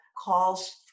calls